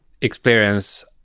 experience